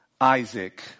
Isaac